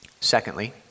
Secondly